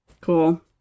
Cool